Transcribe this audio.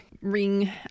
ring